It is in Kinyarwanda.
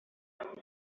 cyane